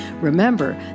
Remember